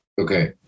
Okay